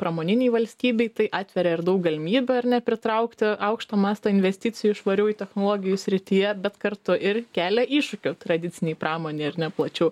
pramoninei valstybei tai atveria ir daug galimybių ar ne pritraukti aukšto masto investicijų švariųjų technologijų srityje bet kartu ir kelia iššūkių tradicinei pramonei ar ne plačiau